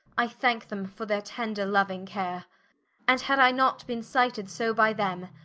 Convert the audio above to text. i thanke them for their tender louing care and had i not beene cited so by them,